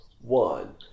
one